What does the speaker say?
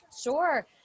sure